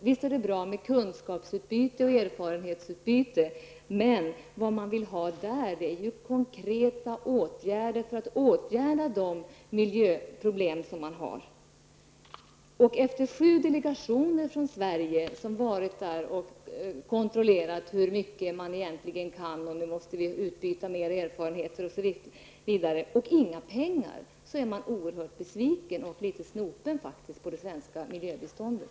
Visst är det bra med kunskapsutbyte och erfarenhetsutbyte, men vad man vill ha där är konkreta åtgärder för att åtgärda de miljöproblem som man har. Och efter att sju delegationer från Sverige varit där och kontrollerat hur mycket man egentligen kan och sagt att nu måste vi utbyta mer erfarenheter osv., men utan några pengar är man oerhört besviken och litet snopen på det svenska miljöbiståndet.